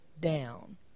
down